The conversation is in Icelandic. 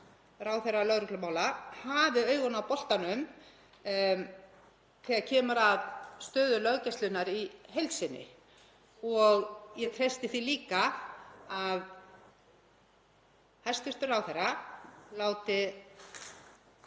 ráðherra lögreglumála, hafi augun á boltanum þegar kemur að stöðu löggæslunnar í heild sinni og ég treysti því líka að hæstv. ráðherra láti